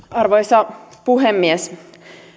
arvoisa puhemies